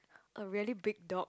a really big dog